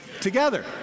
Together